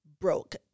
broke